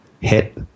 hit